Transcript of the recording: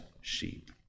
sheep